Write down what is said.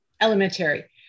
elementary